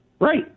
Right